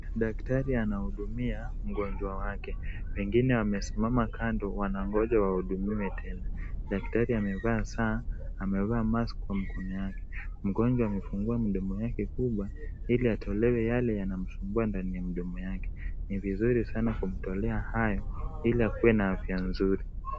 Daktari anahudumia mgonjwa wake, wengine wamesimama kando wanangoja wahudumiwe tena. Daktari amevaa saa, amevaa mask kwa mkono wake. Mgonjwa amefungua mdomo yake kubwa ili atolewe yake yanamsubua ndani ya mdomo yake, ni vizuri sana kumtolea hayo ili akuwe na afya nzuri.